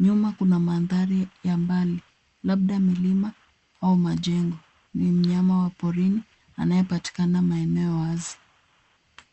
Nyuma kuna mandhari ya mbali labda milima au majengo. Ni mnyama wa porini anayepatikana maeneo wazi.